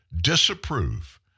disapprove